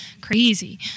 crazy